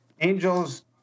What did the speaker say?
angels